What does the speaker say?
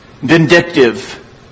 vindictive